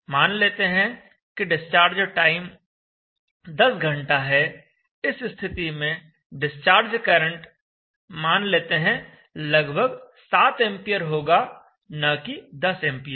मान लेते हैं कि डिस्चार्ज टाइम 10 घंटा है इस स्थिति में डिस्चार्ज करंट मान लेते हैं लगभग 7 एंपियर होगा न कि 10 एंपियर